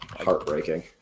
Heartbreaking